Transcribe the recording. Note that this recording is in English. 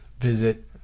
visit